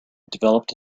developed